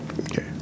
Okay